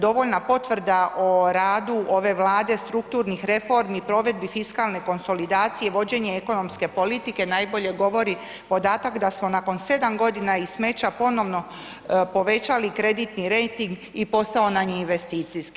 Dovoljna potvrda o radu ove Vlade, strukturnih reformi, provedbi fiskalne konsolidacije, vođenje ekonomske politike, najbolje govori podatak da smo nakon 7 godina iz smeća ponovno povećali kreditni rejting i postao nam je investicijski.